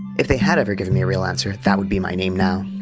if they had ever given me a real answer, that would be my name now.